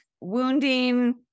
wounding